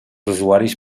usuaris